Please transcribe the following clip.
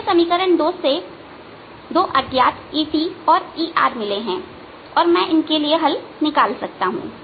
मुझे 2 समीकरण दो अज्ञात ETERमिले हैं और मैं इनके लिए हल निकाल सकता हूं